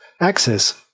axis